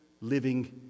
living